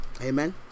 Amen